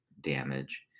damage